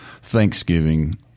Thanksgiving